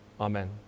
Amen